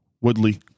Woodley